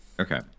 okay